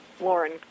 Lauren